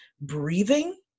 breathing